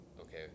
okay